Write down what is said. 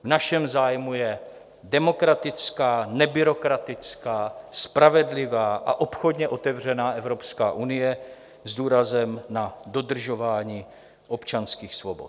V našem zájmu je demokratická, nebyrokratická, spravedlivá a obchodně otevřená Evropská unie s důrazem na dodržování občanských svobod.